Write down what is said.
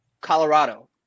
Colorado